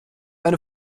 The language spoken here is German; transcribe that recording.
eine